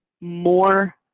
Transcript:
more